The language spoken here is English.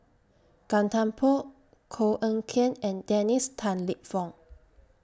Gan Thiam Poh Koh Eng Kian and Dennis Tan Lip Fong